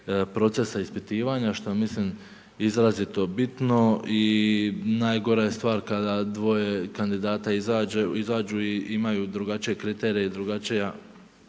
procesa ispitivanja, što mislim da je izrazito bitno i najgora stvar kada dvoje kandidata izađu i imaju drugačije kriterije i drugačije